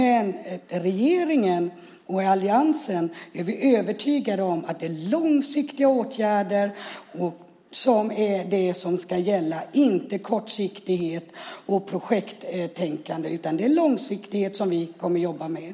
I regeringen och alliansen är vi övertygade om att det är långsiktiga åtgärder som är det som ska gälla, inte kortsiktighet och projekttänkande. Det är långsiktighet som vi kommer att jobba med.